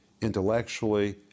intellectually